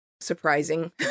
surprising